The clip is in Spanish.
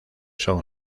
son